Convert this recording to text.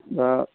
दा